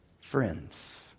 friends